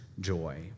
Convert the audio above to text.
joy